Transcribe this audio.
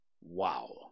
Wow